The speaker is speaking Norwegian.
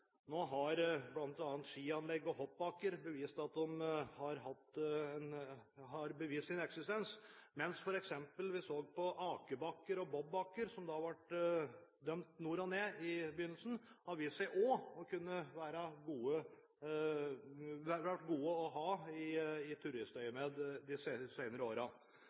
Nå har bl.a. skianlegg og hoppbakker bevist sin eksistens, mens f.eks. akebakker og bobbakker, som ble dømt nord og ned i begynnelsen, har også vist seg å være gode å ha i turistøyemed de